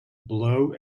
blow